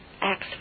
Acts